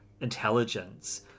intelligence